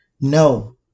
No